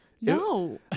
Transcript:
no